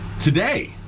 Today